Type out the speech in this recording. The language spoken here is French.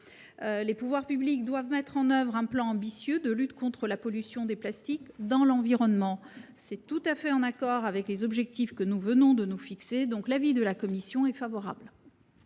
Les pouvoirs publics doivent mettre en oeuvre un plan ambitieux de lutte contre la pollution des plastiques dans l'environnement. C'est tout à fait en accord avec les objectifs que nous venons de nous fixer. L'avis de la commission est donc favorable.